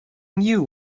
knew